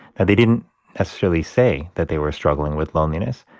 and they didn't necessarily say that they were struggling with loneliness,